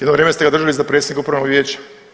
Jedno vrijeme ste ga držali za predsjednika upravnog vijeća.